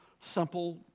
simple